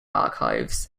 archives